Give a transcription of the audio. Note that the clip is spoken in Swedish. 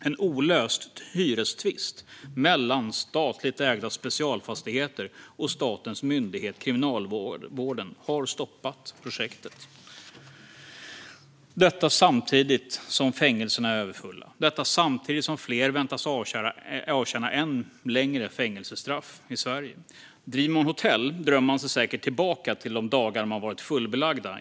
En olöst hyrestvist mellan statligt ägda Specialfastigheter och statens myndighet Kriminalvården har stoppat projektet. Detta sker samtidigt som fängelserna är överfulla och fler förväntas avtjäna ännu längre fängelsestraff i Sverige. Om man driver hotell drömmer man sig säkert i dessa oroliga tider tillbaka till de dagar då man var fullbelagd.